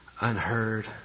unheard